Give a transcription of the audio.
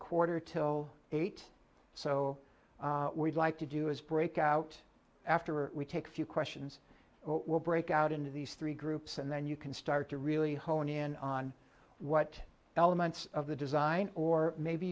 quarter till eight so we'd like to do is break out after we take a few questions will break out into these three groups and then you can start to really hone in on what elements of the design or maybe